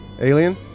Alien